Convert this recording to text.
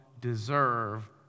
deserve